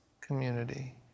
community